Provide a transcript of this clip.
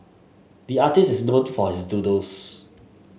the artist is known for his doodles